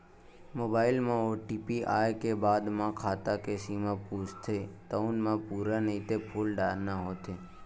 mobile म OTP आए के बाद म खाता के सीमा पूछथे तउन म पूरा नइते फूल डारना होथे